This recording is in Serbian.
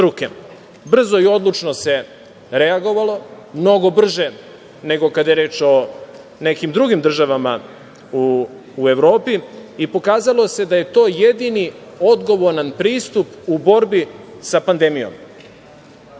Brzo i odlučno se reagovalo, mnogo brže nego kada je reč o nekim drugim državama u Evropi i pokazalo se da je to jedini odgovoran pristup u borbi sa pandemijom. Vrlo